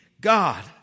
God